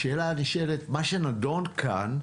השאלה הנשאלת מה שנדון כאן,